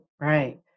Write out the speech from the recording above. right